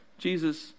Jesus